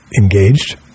engaged